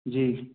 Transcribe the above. जी